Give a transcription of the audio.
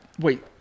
wait